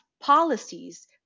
policies